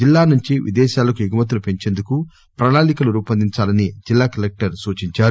జిల్లా నుంచి విదేశాలకు ఎగుమతులు పెంచేందుకు ప్రణాళికలు రూపొందించాలని కలెక్టర్ సూచించారు